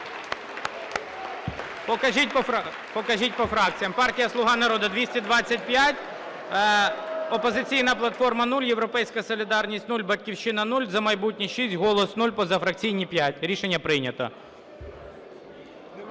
Покажіть по фракціям. Партія "Слуга народу" – 225, "Опозиційна платформа – 0, "Європейська солідарність" – 0, "Батьківщина" – 0, "За майбутнє" – 6, "Голос" – 0, позафракційні – 5. Рішення прийнято.